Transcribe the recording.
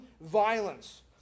violence